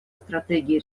стратегии